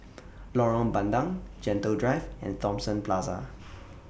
Lorong Bandang Gentle Drive and Thomson Plaza